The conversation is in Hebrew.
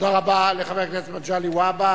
תודה לחבר הכנסת מגלי והבה.